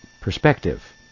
perspective